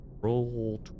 roll